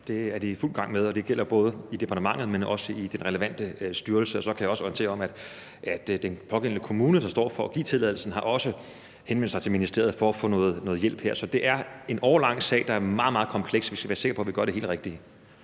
det er de i fuld gang med, og det gælder både i departementet, men også i den relevante styrelse. Så kan jeg også orientere om, at den pågældende kommune, der står for at give tilladelsen, også har henvendt sig til ministeriet for at få noget hjælp. Så det er en årelang sag, der er meget, meget kompleks. Og vi skal være sikre på, at vi gør det helt rigtige.